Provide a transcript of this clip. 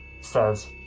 says